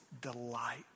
delight